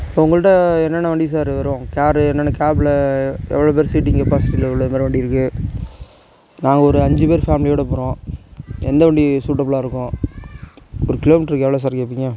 இப்போ உங்கள்கிட்ட என்னென்ன வண்டி சார் வரும் காரு என்னென்னு கேப்பில் எவ்வளோ பேர் சீட்டிங் கெப்பாசிட்டியில் உள்ளது மாரி வண்டி இருக்குது நாங்க ஒரு அஞ்சு பேர் ஃபேமிலியோடய போகிறோம் எந்த வண்டி சூட்டபுளாக இருக்கும் ஒரு கிலோமீட்ருக்கு எவ்வளோ சார் கேட்பீங்க